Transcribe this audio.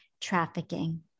trafficking